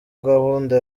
gahunda